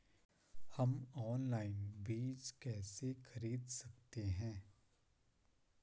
हम ऑनलाइन बीज कैसे खरीद सकते हैं?